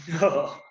No